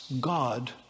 God